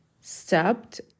stopped